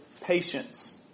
patience